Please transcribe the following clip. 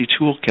toolkit